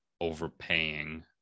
overpaying